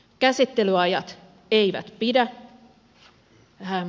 käsittelyajat eivät pidä